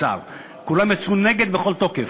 כולם יצאו נגד בכל תוקף.